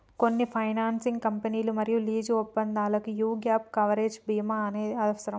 కొన్ని ఫైనాన్సింగ్ కంపెనీలు మరియు లీజు ఒప్పందాలకు యీ గ్యేప్ కవరేజ్ బీమా అనేది అవసరం